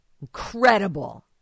Incredible